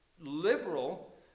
liberal